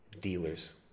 dealers